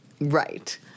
Right